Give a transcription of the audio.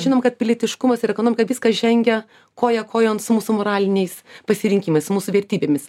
žinom kad pilietiškumas ir ekonomika viskas žengia koja kojon su mūsų moraliniais pasirinkimais su mūsų vertybėmis